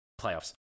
playoffs